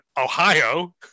Ohio